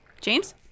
James